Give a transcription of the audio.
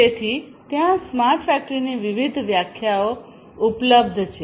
તેથી ત્યાં સ્માર્ટ ફેક્ટરીની વિવિધ વ્યાખ્યાઓ ઉપલબ્ધ છે